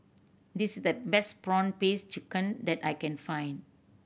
this is the best prawn paste chicken that I can find